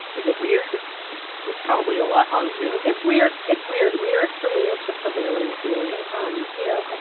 is it weird? it's it's probably a lot on zoome. it's weird it's weird. weird for me is the prevailing feeling. um you know,